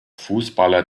fußballer